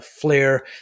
Flare